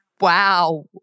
Wow